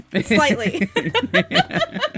slightly